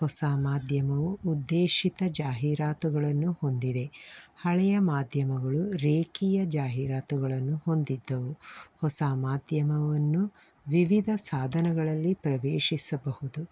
ಹೊಸ ಮಾಧ್ಯಮವು ಉದ್ದೇಶಿತ ಜಾಹೀರಾತುಗಳನ್ನು ಹೊಂದಿದೆ ಹಳೆಯ ಮಾಧ್ಯಮಗಳು ರೇಖೀಯ ಜಾಹೀರಾತುಗಳನ್ನು ಹೊಂದಿದ್ದವು ಹೊಸ ಮಾಧ್ಯಮವನ್ನು ವಿವಿಧ ಸಾಧನಗಳಲ್ಲಿ ಪ್ರವೇಶಿಸಬಹುದು